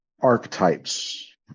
archetypes